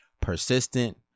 persistent